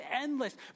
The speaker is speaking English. endless